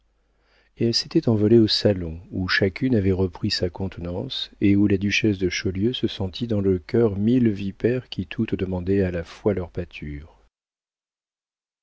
et elles s'étaient envolées au salon où chacune avait repris sa contenance et où la duchesse de chaulieu se sentit dans le cœur mille vipères qui toutes demandaient à la fois leur pâture